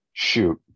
shoot